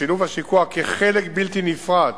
לשילוב השיקוע כחלק בלתי נפרד